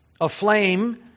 aflame